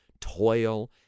toil